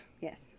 Yes